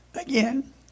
again